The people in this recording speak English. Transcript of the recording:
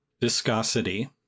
viscosity